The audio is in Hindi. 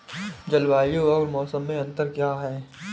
जलवायु और मौसम में अंतर क्या है?